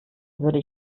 würde